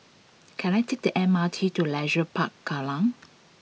can I take the M R T to Leisure Park Kallang